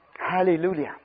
Hallelujah